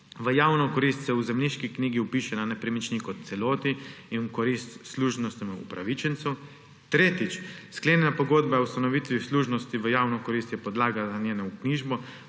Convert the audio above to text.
v javno korist se v zemljiški knjigi vpiše na nepremičnini kot celoti in v korist služnostnemu upravičencu. Tretjič, sklenjena pogodba o ustanovitvi služnosti v javno korist je podlaga za njeno vknjižbo